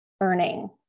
earning